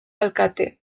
alkate